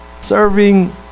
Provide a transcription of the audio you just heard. Serving